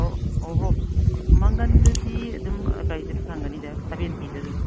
ꯑꯣ ꯑꯣꯍꯣ ꯃꯪꯒꯟꯗꯨꯗꯤ ꯑꯗꯨꯝ ꯀꯔꯤꯗ ꯐꯪꯒꯅꯤꯗ ꯁꯕꯦꯟꯇꯤꯗ ꯑꯗꯨꯝ